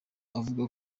avuga